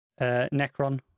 Necron